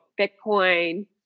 Bitcoin